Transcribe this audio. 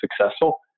successful